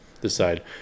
decide